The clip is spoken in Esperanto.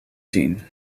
ĝin